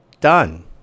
done